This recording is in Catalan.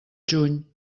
juny